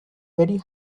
very